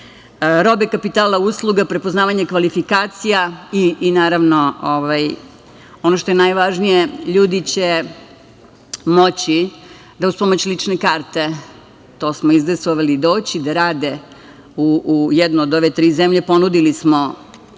robe, kapitala, usluga, prepoznavanje kvalifikacija i, ono što je najvažnije, ljudi će moći da uz pomoć lične karte, to smo izdejstvovali, doći da rade u jednu od ove tri zemlje. Ponudili smo